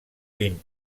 quin